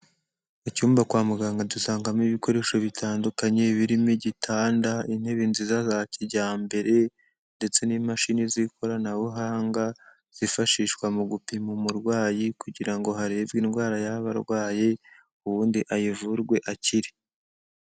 Mu cyumba kwa muganga dusangamo ibikoresho bitandukanye birimo: igitanda, intebe nziza za kijyambere ndetse n'imashini z'ikoranabuhanga, zifashishwa mu gupima umurwayi kugira ngo harebwe indwara yaba arwaye ubundi ayivurwe akire.